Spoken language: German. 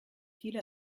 viele